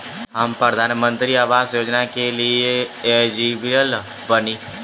हम प्रधानमंत्री आवास योजना के लिए एलिजिबल बनी?